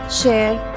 share